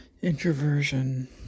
Introversion